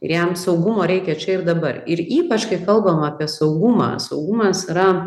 ir jam saugumo reikia čia ir dabar ir ypač kai kalbam apie saugumą saugumas yra